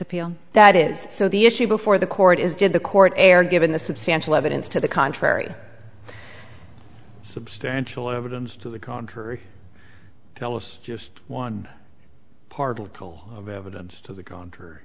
appeal that is so the issue before the court is did the court err given the substantial evidence to the contrary substantial evidence to the contrary tell us just one part of a pool of evidence to the ground